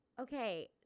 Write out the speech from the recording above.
okay